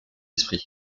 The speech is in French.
esprit